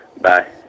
Bye